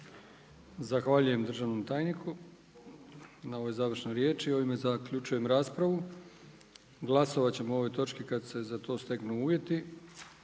Zahvaljujem državnom tajniku na ovoj završnoj riječi. Ovima zaključujem raspravu, glasovat ćemo o ovoj točki kada se za to steknu uvjeti.